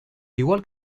igual